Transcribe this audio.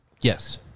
Yes